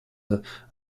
and